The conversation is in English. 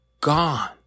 gone